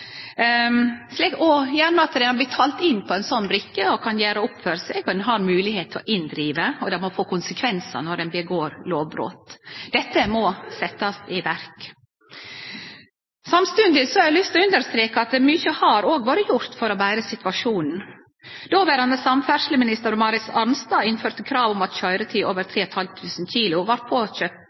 og gjerne at dei har betalt inn på ein sånn brikke, slik at dei kan gjere opp for seg, og at ein har moglegheit til å krevje inn bøtene. Det må få konsekvensar når ein gjer lovbrot. Dette må setjast i verk. Samstundes har eg lyst til å understreke at mykje har òg vore gjort for å betre situasjonen: Dåverande samferdsleministar Marit Arnstad innførde kravet om at køyretøy over 3 500 kg skulle ha minst fem millimeter mønsterdjupne òg på